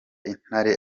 intare